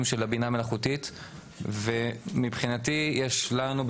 של הבינה המלאכותית ומבחינתי יש לנו,